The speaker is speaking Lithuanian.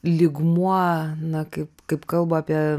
lygmuo na kaip kaip kalba apie